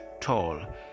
tall